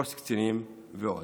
קורס קצינים ועוד.